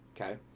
okay